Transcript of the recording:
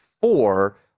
four